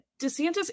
desantis